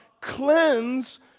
cleanse